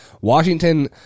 Washington